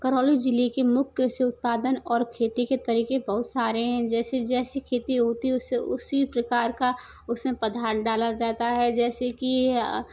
करौली ज़इले के मुख्य कृषि उत्पादन और खेती के तरीक़े बहुत सारे हैं जैसे जैसे खेती होती है उसे उसी प्रकार का उस में पदार्थ डाला जाता है जैसे कि